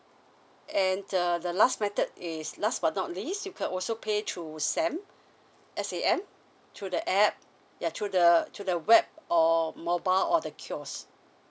and the the last method is last but not least you can also pay through was sam S A M through the app yeah through the through the web or mobile or the kiosk